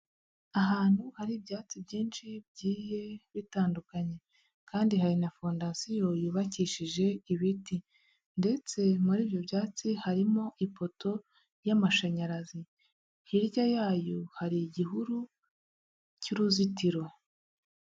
Ahantu hari ibyatsi byinshi byinshi bigiye bitandukanye, kandi hari na fondasiyo yubakishije ibiti, ndetse muri ibyo byatsi harimo ipoto y'amashanyarazi, hirya yayo hari igihuru cy'uruzitiro.